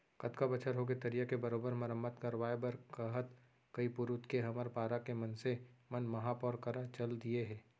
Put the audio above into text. कतका बछर होगे तरिया के बरोबर मरम्मत करवाय बर कहत कई पुरूत के हमर पारा के मनसे मन महापौर करा चल दिये हें